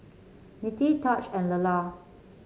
Mettie Taj and Lelar